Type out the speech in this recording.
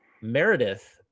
Meredith